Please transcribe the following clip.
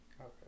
Okay